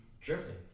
drifting